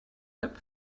app